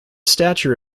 stature